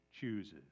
chooses